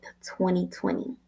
2020